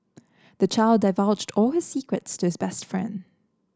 the child divulged all his secrets to his best friend